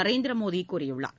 நரேந்திரமோடிகூறியுள்ளார்